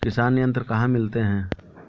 किसान यंत्र कहाँ मिलते हैं?